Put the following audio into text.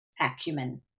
acumen